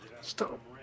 Stop